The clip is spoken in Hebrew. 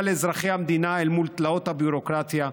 לאזרחי המדינה אל מול תלאות הביורוקרטיה,